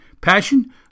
passion